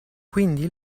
quindi